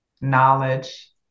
knowledge